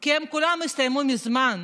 כי כולן הסתיימו מזמן,